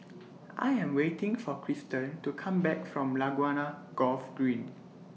I Am waiting For Kristan to Come Back from Laguna Golf Green